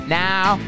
now